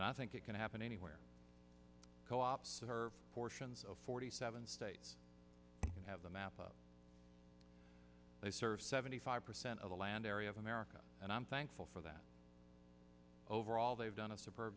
i think it can happen anywhere co ops that her fortunes of forty seven states can have a map of they serve seventy five percent of the land area of america and i'm thankful for that overall they've done a super